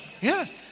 yes